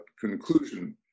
conclusion